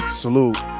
salute